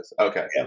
Okay